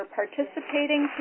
participating